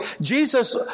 Jesus